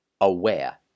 aware